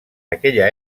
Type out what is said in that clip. aquella